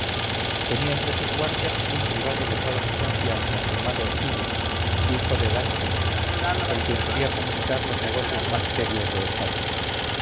tenía entre sus guardias un privado de toda su confianza llamado giges hijo de dáscylo con quien solía comunicar los negocios más serios de estado